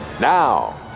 Now